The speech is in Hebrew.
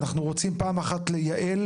ואנחנו רוצים פעם אחת לייעל